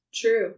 True